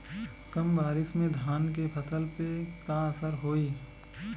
कम बारिश में धान के फसल पे का असर होई?